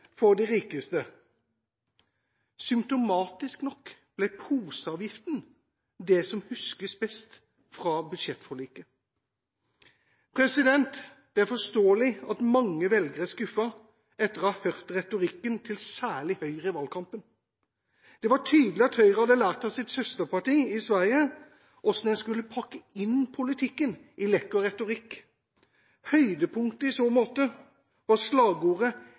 for de rikeste. Symptomatisk nok ble poseavgiften det som huskes best fra budsjettforliket. Det er forståelig at mange velgere er skuffet etter å ha hørt retorikken til særlig Høyre i valgkampen. Det var tydelig at Høyre hadde lært av sitt søsterparti i Sverige hvordan en skulle pakke inn politikken i lekker retorikk. Høydepunktet i så måte var slagordet